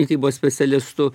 mitybos specialistu